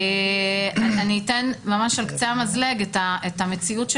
אני אתן על קצה המזלג את המציאות של